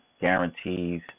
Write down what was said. guarantees